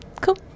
Cool